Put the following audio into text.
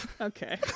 Okay